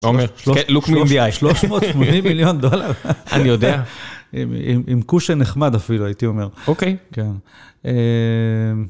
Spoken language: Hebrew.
אומר, 'תסתכל לי בעיניים'. 380 מיליון דולר. אני יודע. עם קושה נחמד אפילו, הייתי אומר. אוקיי.